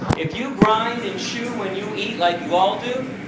if you grind and chew when you eat, like you all do,